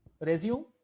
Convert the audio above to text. resume